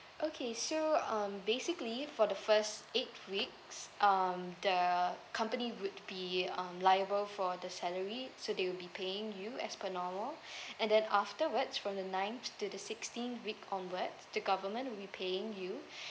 okay so um basically for the first eight weeks um the company would be um liable for the salary so they will be paying you as per normal and then afterwards from the ninth to the sixteenth week onwards the government will be paying you